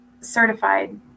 certified